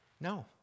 No